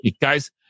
Guys